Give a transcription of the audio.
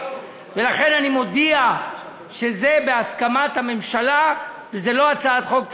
ולכן אני מודיע שזה בהסכמת הממשלה וזו לא הצעת חוק תקציבית.